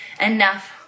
enough